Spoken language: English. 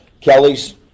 Kelly's